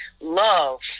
love